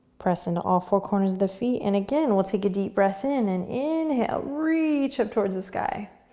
press into all four corners of the feet, and again we'll take a deep breath in and inhale, reach up towards the sky.